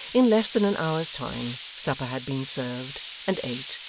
in less than an hour's time, supper had been served, and ate,